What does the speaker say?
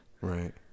right